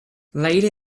later